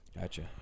Gotcha